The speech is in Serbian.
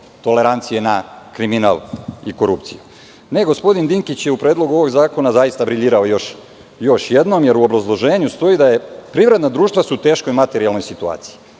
tolerancije na kriminal i korupciju? Ne. Gospodin Dinkić je u Predlogu ovog zakona zaista briljirao još jednom, jer u obrazloženju stoji da je privredna društva su u teškoj materijalnoj situaciji.